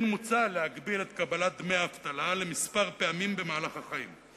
כן מוצע להגביל את קבלת דמי האבטלה לכמה פעמים במהלך החיים.